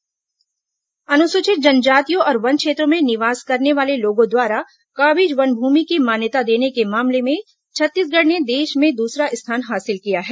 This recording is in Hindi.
वन भूमि मान्यता अनुसूचित जनजातियों और वन क्षेत्रों में निवास करने वाले लोगों द्वारा काबिज वन भूमि की मान्यता देने के मामले में छत्तीसगढ़ ने देश में दूसरा स्थान हासिल किया है